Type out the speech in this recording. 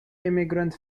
immigrant